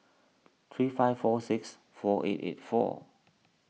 three five four six four eight eight four